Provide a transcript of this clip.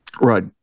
Right